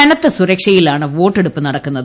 കുന്നത്തി സുരക്ഷയിലാണ് വോട്ടെടുപ്പ് നടക്കുന്നത്